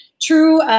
true